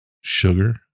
sugar